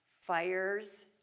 fires